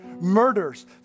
Murders